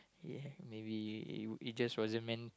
ya maybe it it just wasn't meant